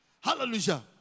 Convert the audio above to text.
Hallelujah